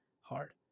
hard